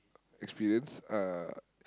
experience uh